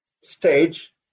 stage